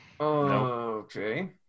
Okay